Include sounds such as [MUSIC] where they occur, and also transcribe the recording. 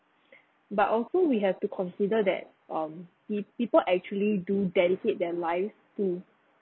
[BREATH] but also we have to consider that um peo~ people actually do dedicate their life to